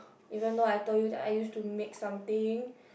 even though I told you that I used to make something